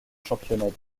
championnats